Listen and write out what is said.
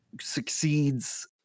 succeeds